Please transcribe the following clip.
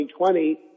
2020